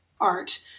art